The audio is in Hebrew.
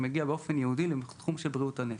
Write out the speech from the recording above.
שמגיע באופן ייעודי לתחום של בריאות הנפש.